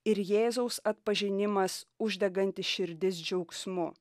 ir jėzaus atpažinimas uždegantis širdis džiaugsmu